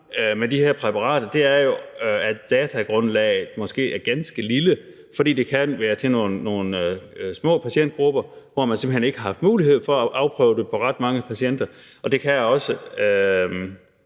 med de her præparater er mange gange, at datagrundlaget måske er ganske lille, fordi det kan være til nogle små patientgrupper, hvor man simpelt hen ikke har haft mulighed for at afprøve det på ret mange patienter. Det kan også